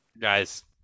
Guys